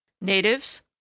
Natives